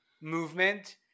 movement